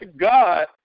God